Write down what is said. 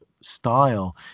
style